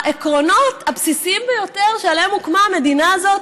העקרונות הבסיסיים ביותר שעליהם הוקמה המדינה הזו,